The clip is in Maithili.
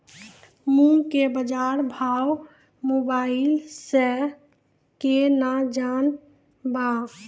मूंग के बाजार भाव मोबाइल से के ना जान ब?